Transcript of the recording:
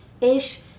ish